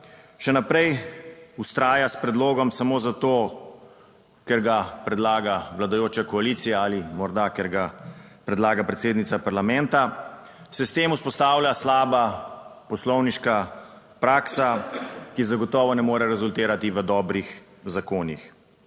še naprej vztraja s predlogom samo zato, ker ga predlaga vladajoča koalicija ali morda, ker ga predlaga predsednica parlamenta, se s tem vzpostavlja slaba poslovniška praksa, ki zagotovo ne more rezultirati v dobrih zakonih.